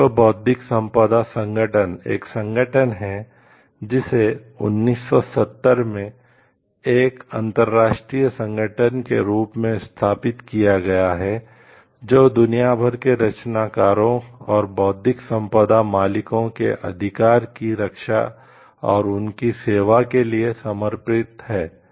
विश्व बौद्धिक संपदा संगठन एक संगठन है जिसे 1970 में एक अंतरराष्ट्रीय संगठन के रूप में स्थापित किया गया है जो दुनिया भर के रचनाकारों और बौद्धिक संपदा मालिकों के अधिकारों की रक्षा और उनकी सेवा के लिए समर्पित है